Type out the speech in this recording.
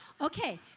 Okay